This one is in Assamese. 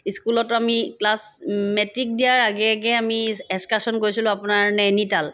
স্কুলত আমি ক্লাছ মেট্ৰিক দিয়াৰ আগে আগে আমি এক্সকাৰ্ছন গৈছিলো আপোনাৰ নেনিতাল